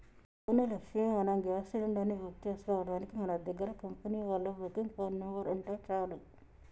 అవును లక్ష్మి మనం gas cylinder ని బుక్ చేసుకోవడానికి మన దగ్గర కంపెనీ వాళ్ళ బుకింగ్ ఫోన్ నెంబర్ ఉంటే చాలు